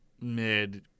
mid